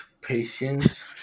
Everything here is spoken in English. patience